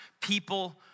people